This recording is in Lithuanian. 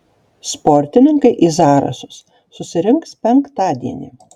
sportininkai į zarasus susirinks penktadienį